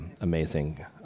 amazing